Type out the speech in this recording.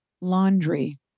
laundry